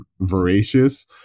voracious